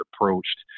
approached